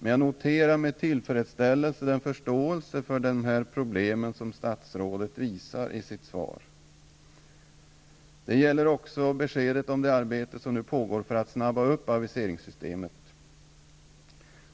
Jag noterar med tillfredsställelse den förståelse för de här problemen som statsrådet visar i sitt svar. Det gäller också beskedet om det arbete som nu pågår för att påskynda aviseringssystemet.